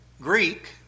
Greek